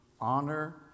honor